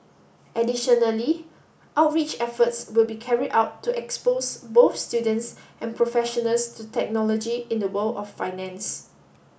additionally outreach efforts will be carried out to expose both students and professionals to technology in the world of finance